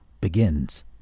begins